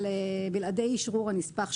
אבל בלעדי אשרור הנספח,